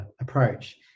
approach